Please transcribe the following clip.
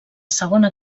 segona